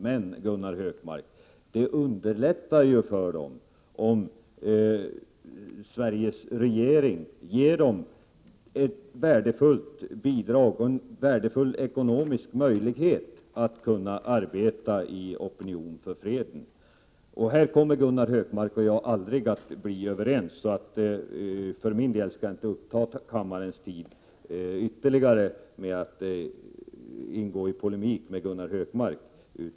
Men, Gunnar Hökmark, det underlättar ju för dem om Sveriges regering ger dem ett bidrag och därmed en värdefull ekonomisk möjlighet att arbeta med att bilda opinion för freden. På den punkten kommer Gunnar Hökmark och jag aldrig att bli överens. För min del skall jag därför inte ytterligare uppta kammarens tid med att gå i polemik med Gunnar Hökmark.